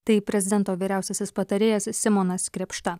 tai prezidento vyriausiasis patarėjas simonas krėpšta